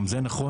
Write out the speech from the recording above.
גם זה נכון.